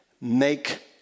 make